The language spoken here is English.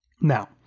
Now